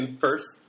First